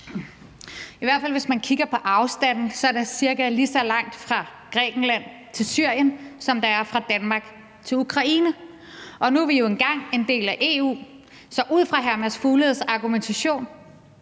I hvert fald hvis man kigger på afstanden, er der cirka lige så langt fra Grækenland til Syrien, som der er fra Danmark til Ukraine, og nu er vi jo engang en del af EU, så ud fra hr. Mads Fugledes argumentation